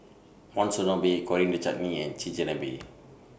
Monsunabe Coriander Chutney and Chigenabe